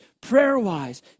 prayer-wise